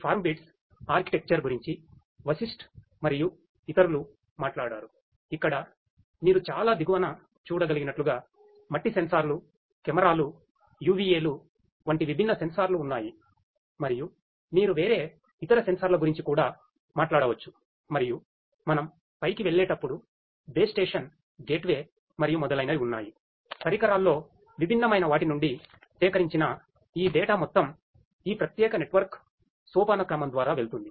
కాబట్టి ఈ ఫార్మ్బీట్స్ మొత్తం ఈ ప్రత్యేక నెట్వర్క్ సోపానక్రమం ద్వారా వెళ్తుంది